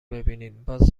ببینینبازم